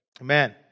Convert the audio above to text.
amen